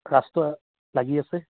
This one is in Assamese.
লাগি আছে